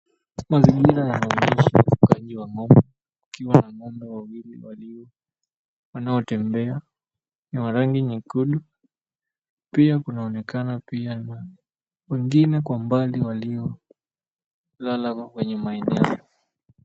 Mazingira yanaonyesha ufugaji wa ng'ombe kukiwa na ng'ombe wawili walio wanaotembea ni wa rangi nyekundu. Pia kunaonekana pia wengine kwa mbali waliolala kwenye maeneo.